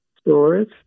stores